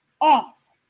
off